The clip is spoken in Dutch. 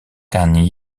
kan